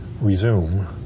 resume